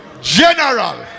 General